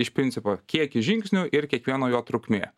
iš principo kiekis žingsnių ir kiekvieno jo trukmė